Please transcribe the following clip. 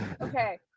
okay